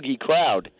crowd